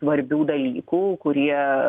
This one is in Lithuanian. svarbių dalykų kurie